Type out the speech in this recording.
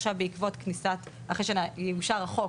עכשיו אחרי שיאושר החוק